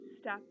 step